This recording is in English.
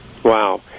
Wow